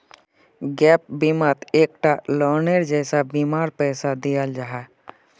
gap बिमात एक टा लोअनेर जैसा बीमार पैसा दियाल जाहा